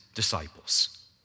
disciples